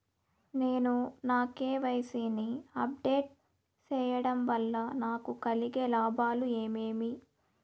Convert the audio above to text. నేను నా కె.వై.సి ని అప్ డేట్ సేయడం వల్ల నాకు కలిగే లాభాలు ఏమేమీ?